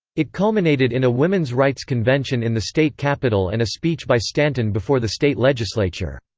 it culminated in a women's rights convention in the state capitol and a speech by stanton before the state legislature.